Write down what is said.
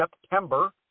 September